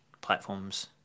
platforms